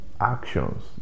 actions